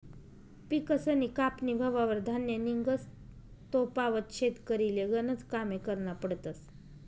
पिकसनी कापनी व्हवावर धान्य निंघस तोपावत शेतकरीले गनज कामे करना पडतस